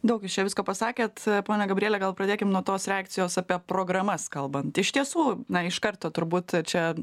daug jūs čia visko pasakėt ponia gabriele gal pradėkim nuo tos reakcijos apie programas kalbant iš tiesų na iš karto turbūt čia